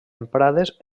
emprades